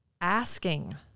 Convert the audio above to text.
asking